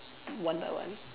one by one